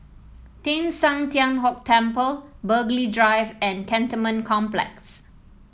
Teng San Tian Hock Temple Burghley Drive and Cantonment Complex